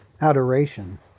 Adoration